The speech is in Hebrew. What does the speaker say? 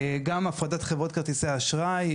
גם הפרטת חברות כרטיסי האשראי,